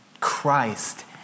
Christ